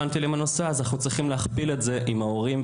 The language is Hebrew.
אז אנחנו צריכים להכפיל את זה עם ההורים,